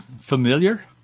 familiar